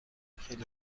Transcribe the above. خیلی